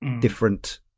Different